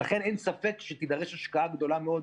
ולכן אין ספק שתידרש השקעה גדולה מאוד,